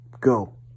go